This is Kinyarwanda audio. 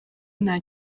nta